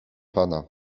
pana